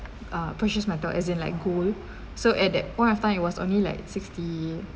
uh precious metal as in like gold so at that point of time it was only like sixty